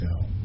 go